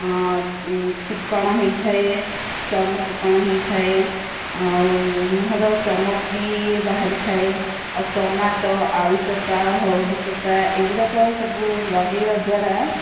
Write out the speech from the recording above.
ଚିକ୍କଣ ହୋଇଥାଏ ଚର୍ମ ଚିକ୍କଣ ହୋଇଥାଏ ଆଉ ମୁହଁର ଚମକ ବି ବାହାରିଥାଏ ଆଉ ଟମାଟୋ ଆଳୁ ଚୋପା ହଳଦୀ ଚୋପା ଏଗୁଡ଼ାକ ସବୁ ଲଗାଇବା ଦ୍ୱାରା